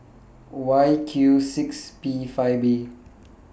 Y Q six P five B